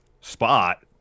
spot